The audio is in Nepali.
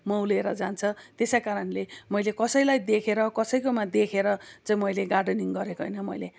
मौलिएर जान्छ त्यसैकारणले मैले कसैलाई देखेर कसैकोमा देखेर चाहिँ मैले गार्डनिङ गरेको होइन मैले